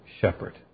shepherd